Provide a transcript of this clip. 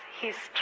history